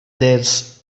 dels